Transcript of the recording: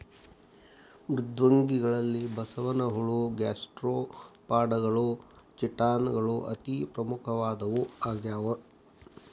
ಮೃದ್ವಂಗಿಗಳಲ್ಲಿ ಬಸವನಹುಳ ಗ್ಯಾಸ್ಟ್ರೋಪಾಡಗಳು ಚಿಟಾನ್ ಗಳು ಅತಿ ಪ್ರಮುಖವಾದವು ಆಗ್ಯಾವ